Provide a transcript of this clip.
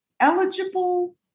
eligible